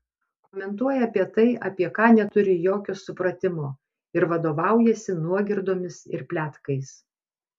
komentuoja apie tai apie ką neturi jokio supratimo ir vadovaujasi nuogirdomis ir pletkais